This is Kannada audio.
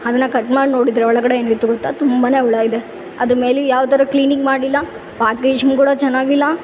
ಅದನ್ನ ಕಟ್ ಮಾಡ್ ನೋಡಿದರೆ ಒಳಗಡೆ ಏನು ಇತ್ತು ಗೊತ್ತ ತುಂಬಾನೇ ಉಳ ಇದೆ ಅದ್ರ ಮೇಲೆ ಯಾವ ಥರ ಕ್ಲೀನಿಂಗ್ ಮಾಡಿಲ್ಲ ಪ್ಯಾಕೇಜ್ ಮುಂಗುಡ ಚೆನ್ನಾಗಿಲ್ಲ